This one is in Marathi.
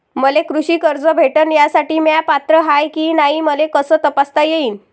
मले कृषी कर्ज भेटन यासाठी म्या पात्र हाय की नाय मले कस तपासता येईन?